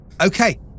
okay